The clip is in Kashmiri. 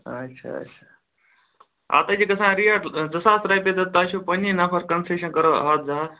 اَچھا اَچھا اَتھ حظ چھِ گَژھان ریٹ زٕ ساس رۄپیہِ تہٕ تۄہہِ چھُو پنٛنی نفر کنسیشَن کَرو اَکھ زٕ ہَتھ